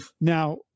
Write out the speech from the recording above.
now